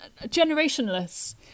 generationless